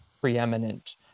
preeminent